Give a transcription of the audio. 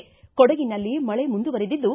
ಕೊಡಗಿನಲ್ಲಿ ಮಳೆ ಮುಂದುವರಿದಿದ್ದು